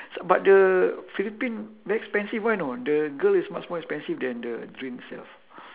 but the philippine very expensive one you know the girl is much more expensive than the drink itself